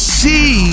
see